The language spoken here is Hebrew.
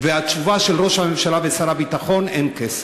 והתשובה של ראש הממשלה ושר הביטחון: אין כסף.